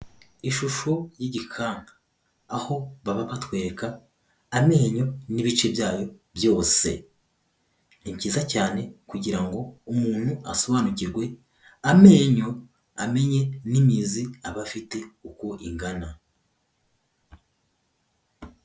Ishusho y'igikanka. Aho baba batwereka amenyo n'ibice byayo byose. Ni byiza cyane kugira ngo umuntu asobanukirwe amenyo, amenye n'imizi aba afite uko ingana.